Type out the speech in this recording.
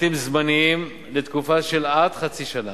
בשירותים זמניים לתקופה של עד חצי שנה,